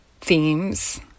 themes